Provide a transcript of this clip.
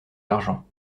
l’argent